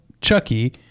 Chucky